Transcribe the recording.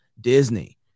Disney